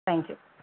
thank you